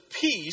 peace